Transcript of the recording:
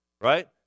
right